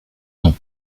noms